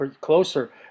closer